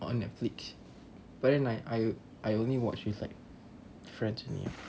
on netflix but then I I I only watch with like friends only ah